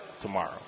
tomorrow